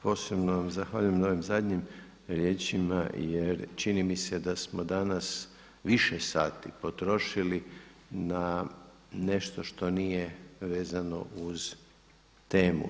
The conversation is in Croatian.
Posebno vam zahvaljujem na ovim zadnjim riječima, jer čini mi se da smo danas više sati potrošili na nešto što nije vezano uz temu.